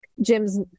jim's